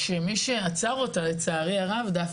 גם מי שיפגע מזה בסופו של דבר הכי הרבה, זה יהיה